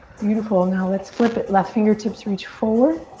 beautiful. now let's flip it. left fingertips reach forward,